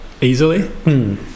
Easily